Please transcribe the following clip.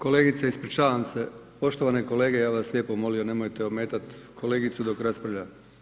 Kolegice, ispričavam se, poštovane kolege ja bih vas lijepo molio nemojte ometat kolegicu dok raspravlja.